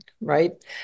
right